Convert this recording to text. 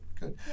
Good